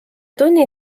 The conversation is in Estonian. tunni